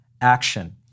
action